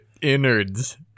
innards